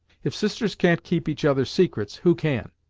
if sisters can't keep each other's secrets, who can?